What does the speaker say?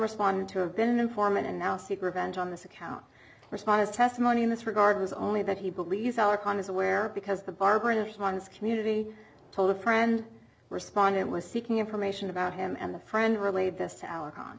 respond to have been informant and now seek revenge on this account responded testimony in this regard was only that he believes our com is aware because the barber in a few months community told a friend respondent was seeking information about him and the friend relayed this hour on